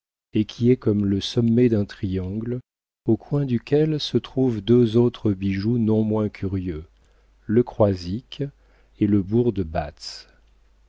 et qui est comme le sommet d'un triangle aux coins duquel se trouvent deux autres bijoux non moins curieux le croisic et le bourg de